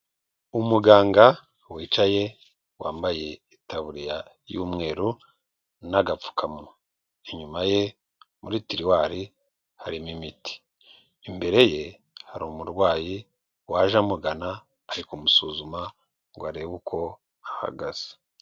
Umuganga wicaye wambaye itaburiya y'umweru n'agapfukamuwa, inyuma ye muri tiriwari harimo imiti, imbere ye hari umurwayi waje amugana ari kumusuzuma ngo arebe uko ahagaze.